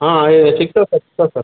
ಹಾಂ ಯೇ ಸಿಕ್ತದೆ ಸರ್